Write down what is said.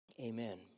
Amen